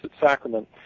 Sacrament